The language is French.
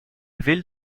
ville